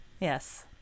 Yes